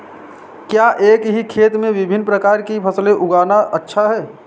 क्या एक ही खेत में विभिन्न प्रकार की फसलें उगाना अच्छा है?